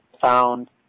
found